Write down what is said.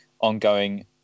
ongoing